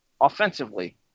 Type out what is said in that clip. offensively